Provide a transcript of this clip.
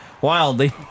wildly